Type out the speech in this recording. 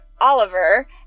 Oliver